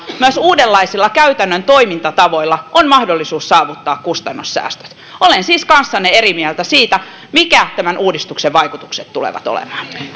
myös uudenlaisilla käytännön toimintatavoilla on mahdollisuus saavuttaa kustannussäästöt olen siis kanssanne eri mieltä siitä mitkä tämän uudistuksen vaikutukset tulevat olemaan